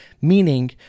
Meaning